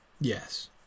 yes